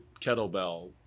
kettlebell